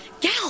Gal